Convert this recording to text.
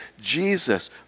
Jesus